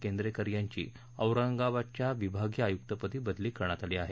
केंद्रेकर यांची औरंगाबादच्या विभागीय आयुक्तपदी बदली केली आहे